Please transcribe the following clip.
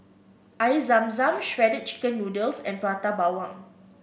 Air Zam Zam Shredded Chicken Noodles and Prata Bawang